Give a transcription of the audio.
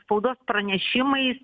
spaudos pranešimais